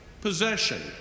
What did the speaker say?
possession